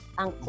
ang